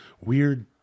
weird